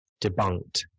debunked